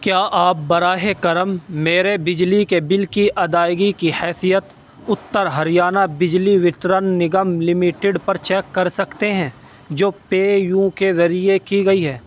کیا آپ براہ کرم میرے بجلی کے بل کی ادائیگی کی حیثیت اتّر ہریانہ بجلی وترن نگم لمیٹڈ پر چیک کر سکتے ہیں جو پے یو کے ذریعے کی گئی ہے